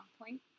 point